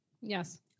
Yes